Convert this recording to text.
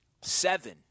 seven